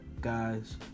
guys